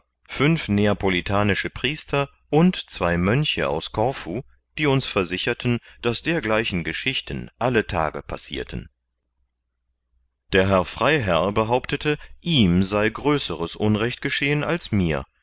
fünf neapolitanische priester und zwei mönche aus korfu die uns versicherten daß dergleichen geschichten alle tage passirten der herr freiherr behauptete ihm sei größeres unrecht geschehen als mir